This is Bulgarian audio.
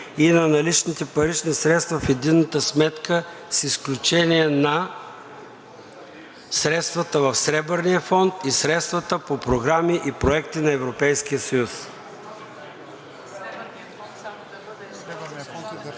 и на наличните парични средства в единната сметка с изключение на средствата в Сребърния фонд и средствата по програми и проекти на Европейския съюз.“